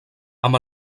amb